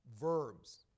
verbs